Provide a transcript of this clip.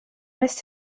missed